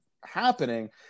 happening